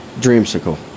dreamsicle